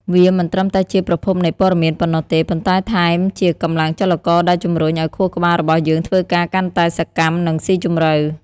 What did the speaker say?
វាមិនត្រឹមតែជាប្រភពនៃព័ត៌មានប៉ុណ្ណោះទេ ប៉ុន្តែថែមជាកម្លាំងចលករដែលជំរុញឱ្យខួរក្បាលរបស់យើងធ្វើការកាន់តែសកម្ម និងស៊ីជម្រៅ។